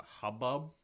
hubbub